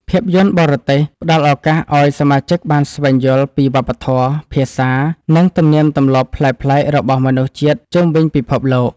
ភាពយន្តបរទេស ផ្ដល់ឱកាសឱ្យសមាជិកបានស្វែងយល់ពីវប្បធម៌ ភាសា និងទំនៀមទម្លាប់ប្លែកៗរបស់មនុស្សជាតិជុំវិញពិភពលោក។